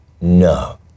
No